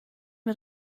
wir